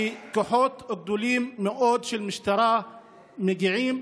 שכוחות גדולים מאוד של משטרה מגיעים,